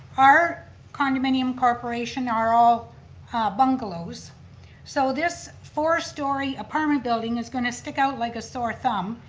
our condominium corporation are all bungalows so this four story apartment building is going to stick out like a sore thumb.